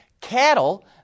Cattle